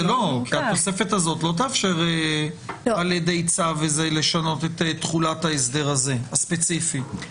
התוספת הזאת לא תאפשר על ידי צו לשנות את תחולת ההסדר הספציפי הזה.